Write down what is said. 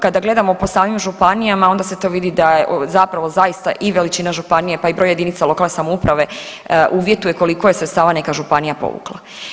Kada gledamo po samim županijama onda se to vidi da je zapravo zaista i veličina županije pa i broj jedinica lokalne samouprave uvjetuje koliko je sredstava neka županija povukla.